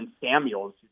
Samuels